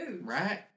Right